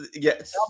Yes